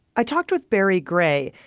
i talked with barry gray,